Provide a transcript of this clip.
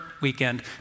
weekend